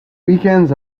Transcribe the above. weekends